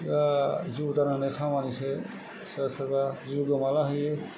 दा जिउ दान होनाय खामानिसो सोरबा सोरबा जिउ गोमाला हैयो